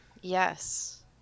Yes